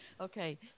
okay